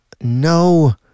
no